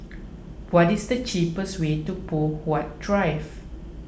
what is the cheapest way to Poh Huat Drive